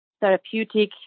therapeutic